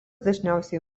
dažniausiai